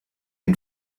ihn